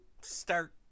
start